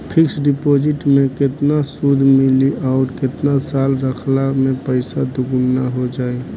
Fix deposit मे केतना सूद मिली आउर केतना साल रखला मे पैसा दोगुना हो जायी?